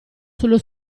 sullo